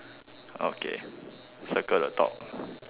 okay circle the top